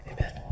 Amen